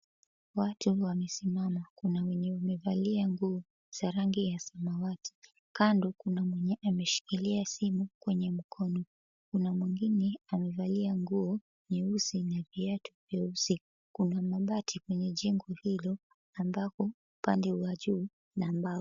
Watu wamesimama, kuna wenye wamevalia nguo za rangi ya samwati. Kando kuna mwenye ameshikilia simu kwenye mkono. Kuna mwingine amevalia nguo nyeusi na viatu vyeusi. Kuna mabati kwenye jengo hilo ambako upande wa juu na mbao.